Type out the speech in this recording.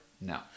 No